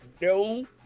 no